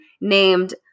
named